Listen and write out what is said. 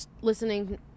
listening